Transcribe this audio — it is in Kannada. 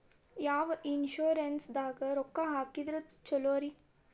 ಯಾವ ಇನ್ಶೂರೆನ್ಸ್ ದಾಗ ರೊಕ್ಕ ಹಾಕಿದ್ರ ಛಲೋರಿ?